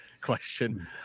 question